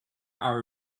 our